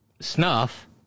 snuff